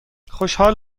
خوشحال